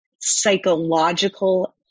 psychological